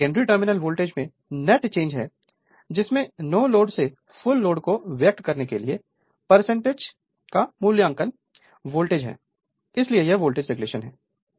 तो यह secondary terminal voltage में नेट चेंज है जिसमें नो लोड से फुल लोड को व्यक्त करने के लिए एज तक का मूल्यांकन वोल्टेज है इसलिए यह वोल्टेज रेगुलेशन है